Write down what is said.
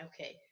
okay